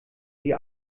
sie